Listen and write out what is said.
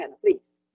please